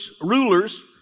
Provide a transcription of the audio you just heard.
rulers